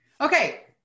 Okay